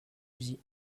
fusils